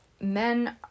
men